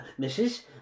Mrs